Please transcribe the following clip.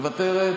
מוותרת,